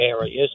areas